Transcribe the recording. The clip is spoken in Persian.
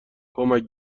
کمک